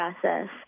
process